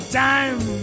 time